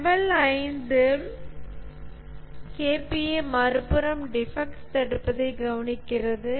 level 5 KPA மறுபுறம் defect தடுப்பதை கவனிக்கிறது